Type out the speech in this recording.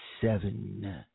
seven